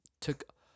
took